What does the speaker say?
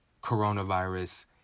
coronavirus